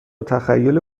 تخیل